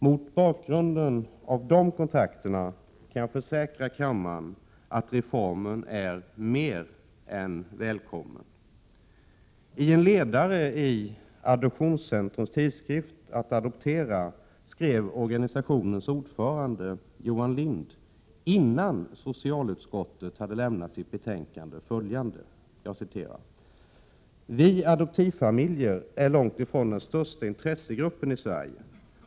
Mot bakgrund av de kontakterna kan jag försäkra kammaren att reformen är mer än välkommen. I en ledare i Adoptionscentrums tidskrift Att Adoptera skrev organisationens ordförande Johan Lind — innan socialutskottet hade lämnat sitt betänkande — följande: ”Vi adoptivfamiljer är långt ifrån den största intressegruppen i Sverige.